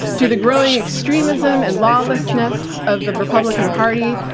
to the growing extremism and lawlessness of the republican party,